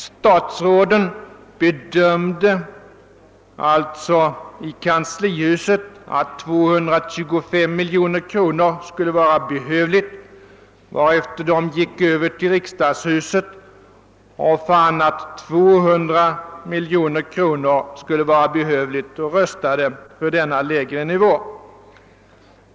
Statsråden bedömde i kanslihuset att 225 miljoner kronor skulle vara behövligt, varefter de gick över till riksdagshuset och fann att 200 miljoner var nödvändigt och röstade för denna lägre nivå.